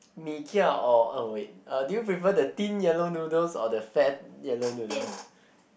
mee kia or uh wait do you prefer the thin yellow noodles or the fat yellow noodles